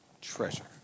treasure